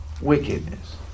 wickedness